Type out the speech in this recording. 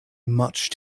much